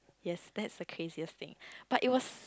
yes that's the craziest thing but it was